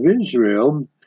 Israel